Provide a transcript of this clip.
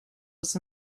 was